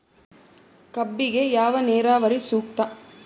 ಕಬ್ಬಿಗೆ ಯಾವ ನೇರಾವರಿ ಸೂಕ್ತ?